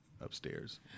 Upstairs